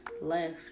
left